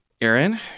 Aaron